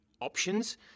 options